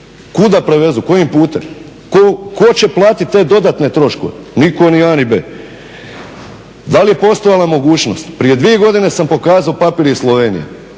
da prevezu, kojim putem? Tko će platiti te dodatne troškove, nitko ni A ni B. Da li je postojala mogućnost, prije 2 godine sam pokazao papir iz Slovenije,